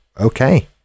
Okay